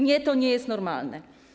Nie, to nie jest normalne.